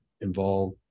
involve